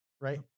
right